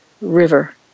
river